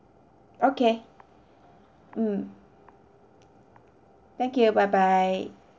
okay mm thank you bye bye